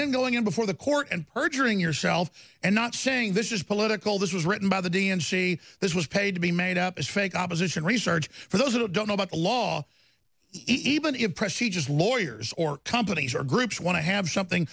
then going in before the court and perjuring yourself and not saying this is political this was written by the d n c this was paid to be made up is fake opposition research for those who don't know about the law even if pressed she just lawyers or companies or groups want to have something